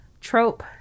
trope